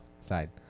side